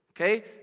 Okay